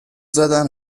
زدن